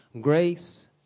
Grace